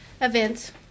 events